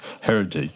heritage